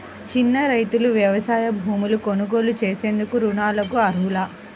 చిన్న రైతులు వ్యవసాయ భూములు కొనుగోలు చేసేందుకు రుణాలకు అర్హులా?